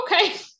Okay